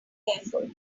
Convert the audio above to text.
careful